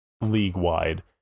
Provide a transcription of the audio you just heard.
league-wide